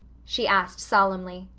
she asked solemnly.